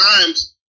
Times